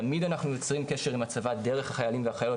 תמיד אנחנו יוצרים קשר עם הצבא דרך החיילים והחיילות